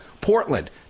Portland